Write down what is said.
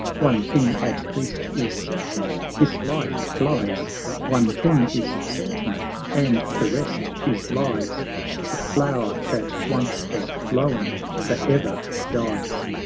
one thing at least is certain this life flies one thing is certain and the rest is lies the flower that once has blown for ever dies.